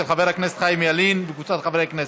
של חבר הכנסת חיים ילין וקבוצת חברי הכנסת.